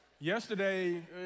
Yesterday